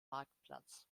marktplatz